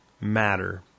matter